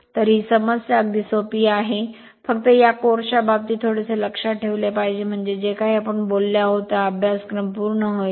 तर ही समस्या अगदी सोपी समस्या आहेत फक्त या कोर्स च्या बाबतीत थोडेसे लक्षात ठेवले पाहिजे म्हणजे जे काही आपण बोललो आहोत हा अभ्यासक्रम पूर्ण होईल